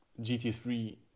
GT3